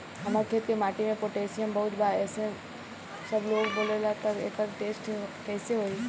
हमार खेत के माटी मे पोटासियम बहुत बा ऐसन सबलोग बोलेला त एकर टेस्ट कैसे होई?